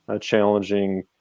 challenging